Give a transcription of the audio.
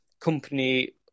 company